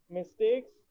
mistakes